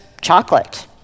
chocolate